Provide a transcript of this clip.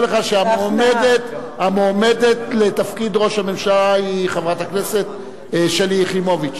שהמועמדת לתפקיד ראש הממשלה היא חברת הכנסת שלי יחימוביץ.